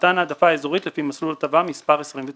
"מתן העדפה אזורית לפי מסלול הטבה מספר 29